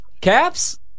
Caps